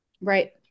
Right